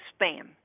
spam